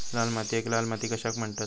लाल मातीयेक लाल माती कशाक म्हणतत?